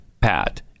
PAT